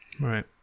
right